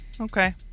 Okay